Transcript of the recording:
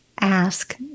ask